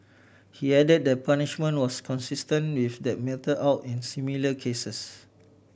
he added that the punishment was consistent with that meted out in similar cases